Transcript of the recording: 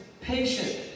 patient